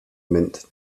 mint